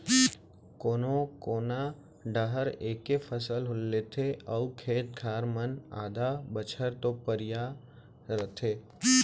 कोनो कोना डाहर एके फसल लेथे अउ खेत खार मन आधा बछर तो परिया रथें